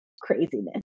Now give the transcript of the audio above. craziness